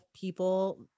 people